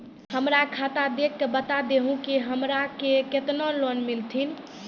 हमरा खाता देख के बता देहु के हमरा के केतना लोन मिलथिन?